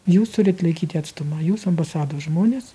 jūs turit laikyti atstumą jūs ambasados žmonės